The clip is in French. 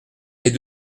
les